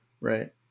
right